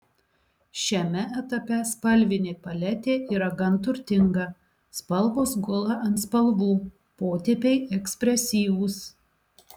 šiame etape spalvinė paletė yra gan turtinga spalvos gula ant spalvų potėpiai ekspresyvūs